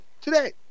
today